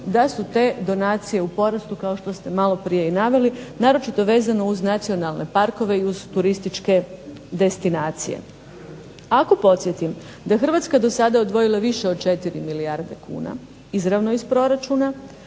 da su te donacije u porastu kao što ste maloprije i naveli, naročito vezano uz nacionalne parkove i uz turističke destinacije. Ako podsjetim da je Hrvatska do sada odvojila više od 4 milijarde kuna izravno iz proračuna,